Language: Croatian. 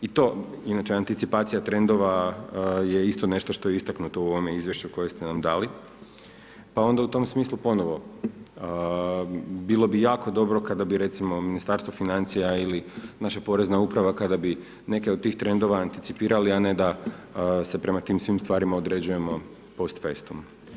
I to, inače anticipacija trendova je isto nešto što je istaknuto u ovome izvješću koje ste nam dali pa onda u tom smislu ponovno, bilo bi jako dobro kada bi recimo Ministarstvo financija ili naša porezna uprava kada bi neke od tih trendova anticipirali a ne da se prema tim svim stvarima određujemo post festum.